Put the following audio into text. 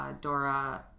Dora